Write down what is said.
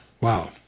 Wow